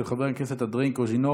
של חבר הכנסת אנדרי קוז'ינוב.